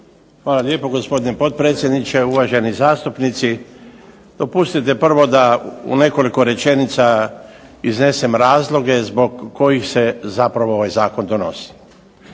Hvala lijepo gospodine potpredsjedniče, uvaženi zastupnici. Dopustite prvo da u nekoliko rečenica iznesem razloge zbog kojih se zapravo ovaj Zakon donosi.